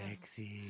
Sexy